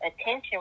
attention